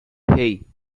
hey